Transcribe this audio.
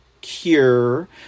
cure